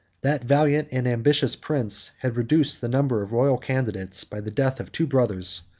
that valiant and ambitious prince had reduced the number of royal candidates by the death of two brothers,